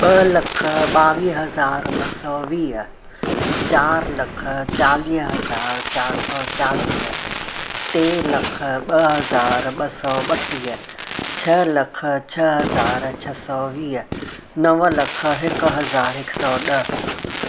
ॿ लख ॿावीह हज़ार ॿ सौ वीह चारि लख चालीह हज़ार चारि सौ चालीह टे लख ॿ हज़ार ॿ सौ ॿटीह छह लख छह हज़ार छ्ह सौ वीह नव लख हिकु हज़ार हिकु सौ ॾह